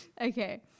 Okay